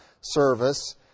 service